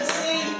see